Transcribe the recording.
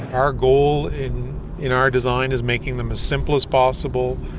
our goal in our design is making them as simple as possible,